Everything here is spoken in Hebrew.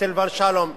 סילבן שלום,